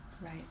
Right